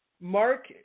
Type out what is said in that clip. Mark